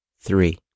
three